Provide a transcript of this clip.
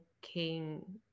king